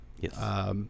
Yes